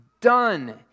done